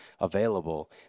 available